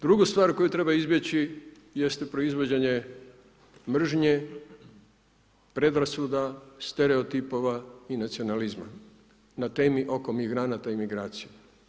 Drugu stvar koju treba izbjeći jeste proizvođenje mržnje, predrasuda, stereotipova i nacionalizma ne temi oko migranata i migracija.